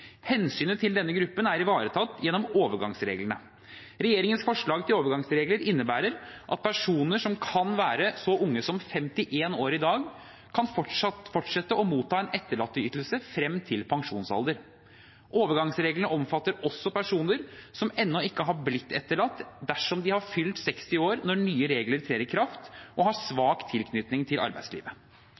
Hensynet til denne gruppen er ivaretatt gjennom overgangsreglene. Regjeringens forslag til overgangsregler innebærer at personer som kan være så unge som 51 år i dag, kan fortsette å motta en etterlatteytelse fram til pensjonsalder. Overgangsreglene omfatter også personer som ennå ikke har blitt etterlatt, dersom de har fylt 60 år når nye regler trer i kraft, og har svak tilknytning til arbeidslivet.